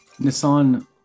Nissan